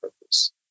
purpose